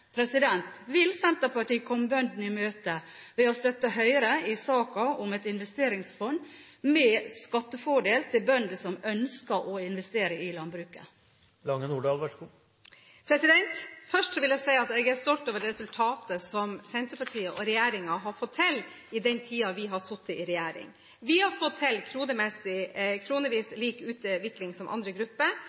i saken om et investeringsfond, med skattefordel til bøndene som ønsker å investere i landbruket? Først vil jeg si at jeg er stolt over resultatet som Senterpartiet har fått til i den tiden vi har sittet i regjering. Vi har fått til en kronemessig lik utvikling for landbruket som for andre grupper.